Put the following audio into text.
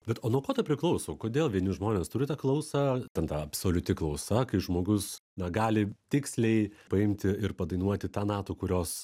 bet o nuo ko tai priklauso kodėl vieni žmonės turi tą klausą ten ta absoliuti klausa kai žmogus na gali tiksliai paimti ir padainuoti tą natą kurios